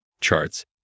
Charts